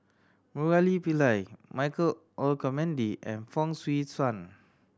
Murali Pillai Michael Olcomendy and Fong Swee Suan